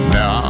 Now